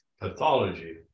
pathology